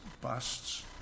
busts